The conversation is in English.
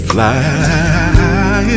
Fly